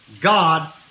God